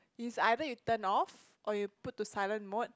is either you turn off or you put to silent mode